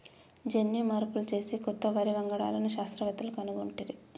జన్యు మార్పులు చేసి కొత్త వరి వంగడాలను శాస్త్రవేత్తలు కనుగొట్టిరి